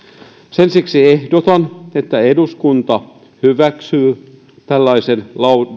sen vuoksi ehdotan että eduskunta hyväksyy